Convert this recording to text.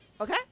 Okay